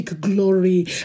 glory